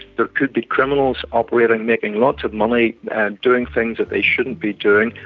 there could be criminals operating, making lots of money doing things that they shouldn't be doing,